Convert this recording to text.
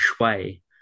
shui